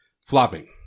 flopping